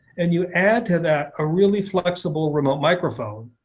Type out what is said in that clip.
and you add to that a really flexible remote microphone,